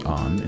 on